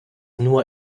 nur